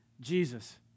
Jesus